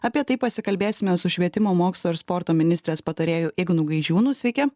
apie tai pasikalbėsime su švietimo mokslo ir sporto ministrės patarėju ignu gaižiūnu sveiki